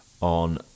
on